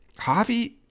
Javi